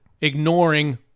ignoring –